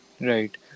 Right